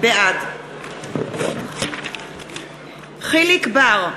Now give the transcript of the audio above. בעד יחיאל חיליק בר,